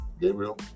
Gabriel